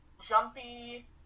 jumpy